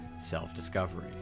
self-discovery